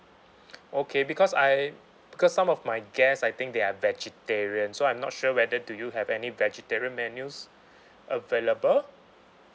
okay because I because some of my guests I think they are vegetarian so I'm not sure whether do you have any vegetarian menus available